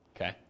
Okay